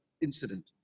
incident